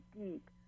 deep